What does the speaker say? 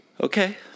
Okay